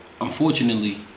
unfortunately